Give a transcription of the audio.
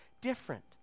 different